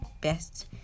best